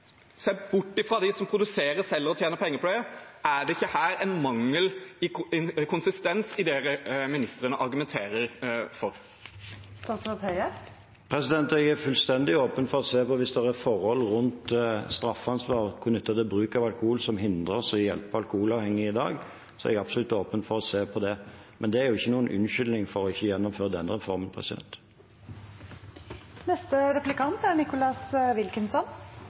bort fra dem som produserer selv og tjener penger på det, er det ikke her en mangel på konsistens i det statsråden argumenterer for? Jeg er fullstendig åpen for å se på om det er forhold rundt straffansvar knyttet til bruk av alkohol som hindrer oss i å hjelpe alkoholavhengige i dag. Jeg er absolutt åpen for å se på det. Men det er ikke noen unnskyldning for ikke å gjennomføre denne reformen.